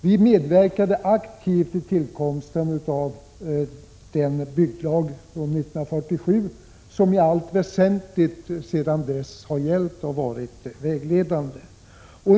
Vi medverkade aktivt vid tillkomsten av den bygglag från år 1947 som i allt väsentligt har gällt och varit vägledande sedan dess.